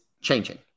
changing